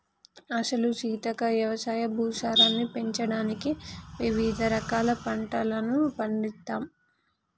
అసలు సీతక్క యవసాయ భూసారాన్ని పెంచడానికి వివిధ రకాల పంటలను పండిత్తమ్